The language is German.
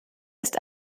ist